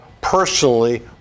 personally